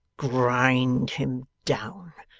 grind him down.